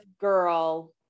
girl